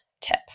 tip